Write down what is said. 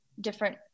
different